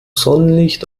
sonnenlicht